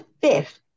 fifth